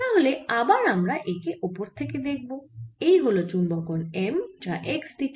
তাহলে আবার আমরা একে ওপর থেকে দেখব এই হল চুম্বকন M যা x দিকে